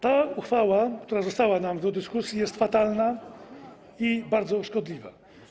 Ta uchwała, która została nam do przedyskutowania, jest fatalna i bardzo szkodliwa.